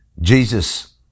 Jesus